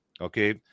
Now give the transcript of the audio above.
Okay